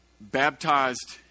baptized